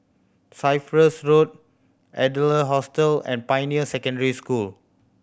Cyprus Road Adler Hostel and Pioneer Secondary School